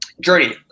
journey